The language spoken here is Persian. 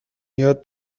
یاد